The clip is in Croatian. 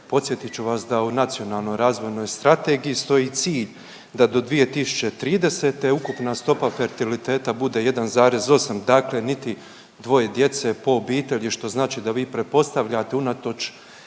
Podsjetit ću vas da u Nacionalnoj razvojnoj strategiji stoji cilj da do 2030. ukupna stopa fertiliteta bude 1,8, dakle niti dvoje djece po obitelji, što znači da vi pretpostavljate unatoč